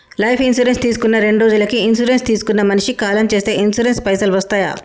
Life insurance తీసుకున్న రెండ్రోజులకి insurance తీసుకున్న మనిషి కాలం చేస్తే ఇన్సూరెన్స్ పైసల్ వస్తయా?